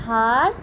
Thar